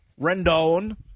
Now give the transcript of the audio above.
Rendon